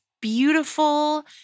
beautiful